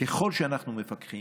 ככל שאנחנו מפקחים,